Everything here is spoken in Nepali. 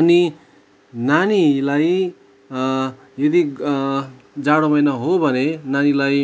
अनि नानीलाई यदि जाडो महिना हो भने नानीलाई